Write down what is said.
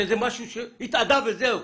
שזה התאדה ושזהו.